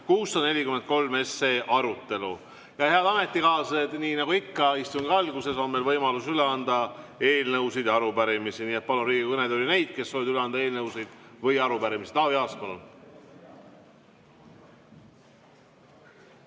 643 arutelu. Head ametikaaslased, nii nagu ikka, istungi alguses on meil võimalus üle anda eelnõusid ja arupärimisi. Nii et palun Riigikogu kõnetooli neid, kes soovivad üle anda eelnõusid või arupärimisi. Taavi Aas,